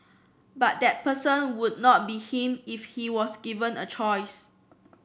but that person would not be him if he was given a choice